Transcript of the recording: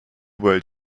world